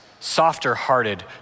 softer-hearted